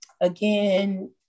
again